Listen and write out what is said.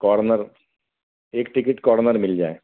corner एक ticket corner मिल जाए